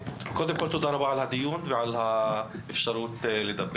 קודם כל תודה רבה על קיום הדיון ועל זכות הדיבור.